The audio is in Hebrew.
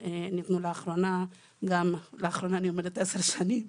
ניתנו לאחרונה - 10 שנים